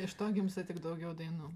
iš to gimsta tik daugiau dainų